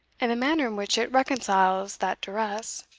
and the manner in which it reconciles that duress,